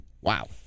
wow